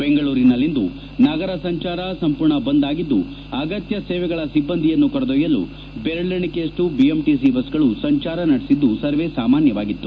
ಬೆಂಗಳೂರಿನಲ್ಲಿಂದು ನಗರ ಸಂಚಾರ ಸಂಪೂರ್ಣ ಬಂದ್ ಆಗಿದ್ದು ಅಗತ್ಯ ಸೇವೆಗಳ ಸಿಬ್ಬಂದಿಯನ್ನು ಕರೆದೊಯ್ಯಲು ಬೆರಳೆಣೆಕೆಯಷ್ನು ಬಿಎಂಟಿಸಿ ಬಸ್ಗಳು ಸಂಚಾರ ಮಾಡುತ್ತಿದ್ದುದು ಸರ್ವೇ ಸಾಮಾನ್ಯವಾಗಿತ್ತು